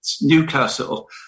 Newcastle